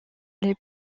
les